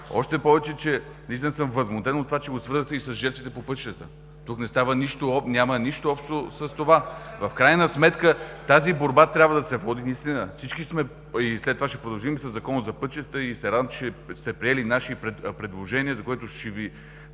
Още повече, че наистина съм възмутен от това, че го свързвате и с жертвите по пътищата. Тук няма нищо общо с това! В крайна сметка тази борба трябва да се води наистина. След това ще продължим и със Закона за пътищата и се радвам, че сте приели наши предложения, за което ще Ви